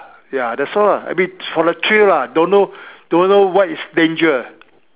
ya that's all lah I mean for the thrill lah don't know don't know what is danger